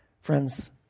friends